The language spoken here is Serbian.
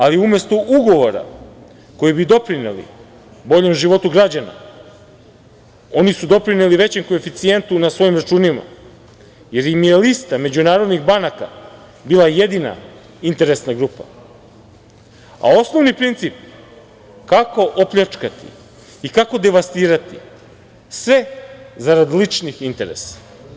Ali, umesto ugovora koji bi doprineli boljem životu građana, oni su doprineli većem koeficijentu na svojim računima, jer im je lista međunarodnih banaka bila jedina interesna grupa, a osnovni princip kako opljačkati i kako devastirati sve zarad ličnih interesa.